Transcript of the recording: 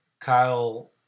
Kyle